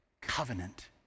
covenant